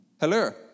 Hello